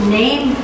name